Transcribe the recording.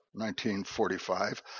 1945